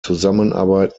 zusammenarbeit